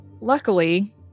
Luckily